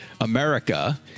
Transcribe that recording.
America